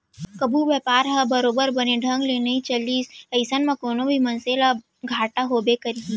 कभू बयपार ह बरोबर बने ढंग ले नइ चलिस अइसन म कोनो भी मनसे ल घाटा होबे करही